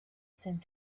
seemed